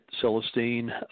celestine